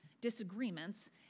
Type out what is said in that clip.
disagreements